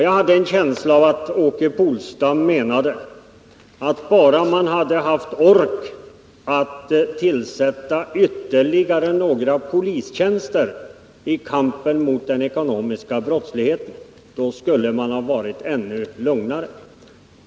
Jag hade en känsla av att Åke Polstam menade, att bara man hade kunnat tillsätta ytterligare några polistjänster i kampen mot den ekonomiska brottsligheten, skulle man ha varit lugnare.